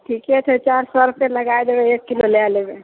ठीके छै चारि सए रुपये लगाइ दबै एक किलो लए लबै